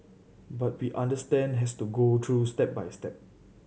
but we understand has to go through step by step